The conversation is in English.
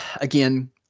again